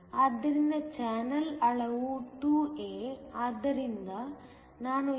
ಆದ್ದರಿಂದ ಚಾನಲ್ ಆಳವು 2 a